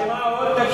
שמה עוד?